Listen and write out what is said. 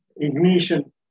ignition